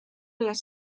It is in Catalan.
les